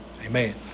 Amen